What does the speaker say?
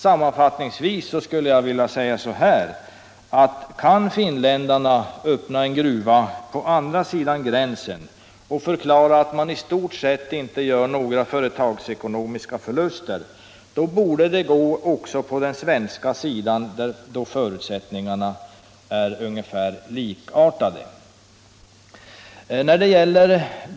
Sammanfattningsvis: Kan finländarna öppna en gruva på andra sidan gränsen och förklara att de i stort sett inte gör några företagsekonomiska förluster borde det gå också på den svenska sidan, då förutsättningarna är likartade.